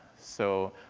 so,